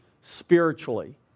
spiritually